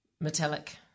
metallic –